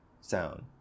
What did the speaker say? sound